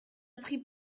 pris